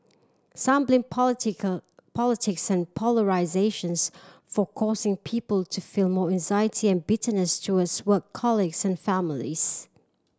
some blame political politics and polarisations for causing people to feel more anxiety and bitterness towards work colleagues and families